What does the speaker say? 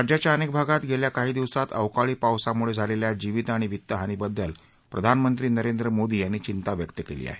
राज्याच्या अनेक भागात गेल्या काही दिवसात अवकाळी पावसामुळे झालेल्या जीवित आणि वित्तहानीबद्दल प्रधानमंत्री नरेंद्र मोदी यांनी चिंता व्यक्त केली आहे